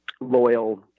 loyal